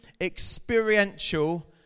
experiential